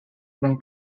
been